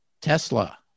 Tesla